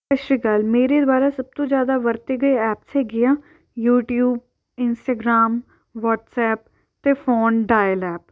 ਸਤਿ ਸ਼੍ਰੀ ਅਕਾਲ ਮੇਰੇ ਦੁਆਰਾ ਸਭ ਤੋਂ ਜ਼ਿਆਦਾ ਵਰਤੇ ਗਏ ਐਪਸ ਹੈਗੇ ਆ ਯੂਟਿਊਬ ਇੰਸਟਾਗ੍ਰਾਮ ਵੋਟਸਐਪ ਅਤੇ ਫ਼ੋਨ ਡਾਇਲ ਐਪ